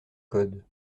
code